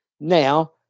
now